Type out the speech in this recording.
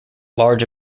large